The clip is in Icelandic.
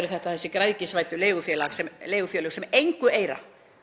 eru þetta þessi græðgisvæddu leigufélög sem engu eira.